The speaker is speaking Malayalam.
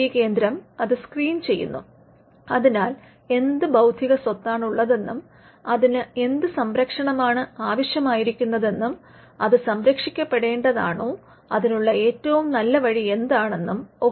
ഐ പി കേന്ദ്രം അത് സ്ക്രീൻ ചെയ്യുന്നു അതിൽ എന്ത് ബൌദ്ധിക സ്വത്താണുള്ളതെന്നും അതിന് എന്ത് സംരക്ഷണമാണ് ആവശ്യമായിരിക്കുന്നത് അത് സംരക്ഷിക്കപ്പേടേണ്ടതാണോ അതിനുള്ള ഏറ്റവും നല്ല വഴി എന്താണെന്നും ഒക്കെ മനസിലാക്കുന്നു